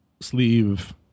sleeve